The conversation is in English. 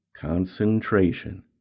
Concentration